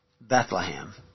Bethlehem